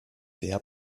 wer